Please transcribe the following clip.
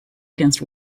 against